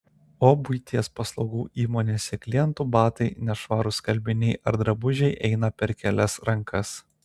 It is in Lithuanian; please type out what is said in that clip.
o buities paslaugų įmonėse klientų batai nešvarūs skalbiniai ar drabužiai eina per kelias rankas